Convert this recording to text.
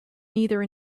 neither